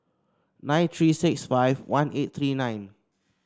nine three six five one eight three nine